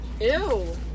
Ew